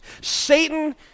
Satan